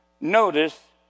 Notice